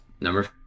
Number